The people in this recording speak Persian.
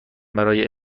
برای